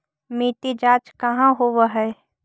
मिट्टी जाँच कहाँ होव है?